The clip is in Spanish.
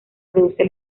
produce